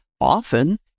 often